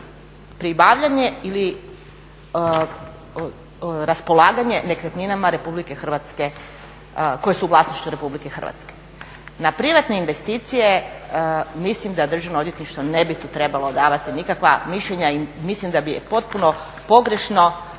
pribavljanje ili raspolaganje nekretninama RH, koje su u vlasništvu RH. Na privatne investicije mislim da državno odvjetništvo ne bi tu trebalo davati nikakva mišljenja i mislim da bi potpuno pogrešno